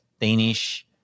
Danish